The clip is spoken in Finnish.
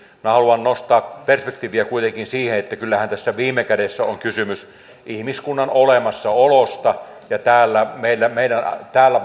minä haluan nostaa perspektiiviä kuitenkin siihen että kyllähän tässä viime kädessä on kysymys ihmiskunnan olemassaolosta ja meidän täällä